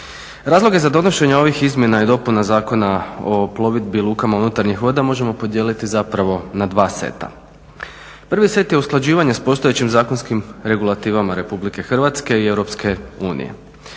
Razloge za donošenje ovih izmjena i dopuna Zakona o plovidbi i lukama unutarnjih voda možemo podijeliti zapravo na dva seta. Prvi set je usklađivanje s postojećim zakonskim regulativama Republike Hrvatske i Europske unije.